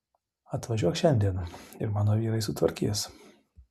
atvažiuok šiandien ir mano vyrai sutvarkys